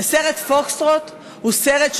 הסרט "פוקסטרוט" הוא סרט,